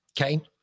Okay